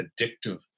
addictive